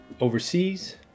overseas